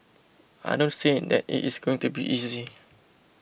I don't say that it it's going to be easy